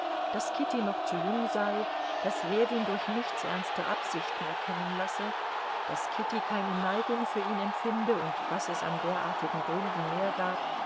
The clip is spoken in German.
daß kitty noch zu jung sei daß ljewin durch nichts ernste absichten erkennen lasse daß kitty keine neigung für ihn empfinde und was es an derartigen gründen mehr gab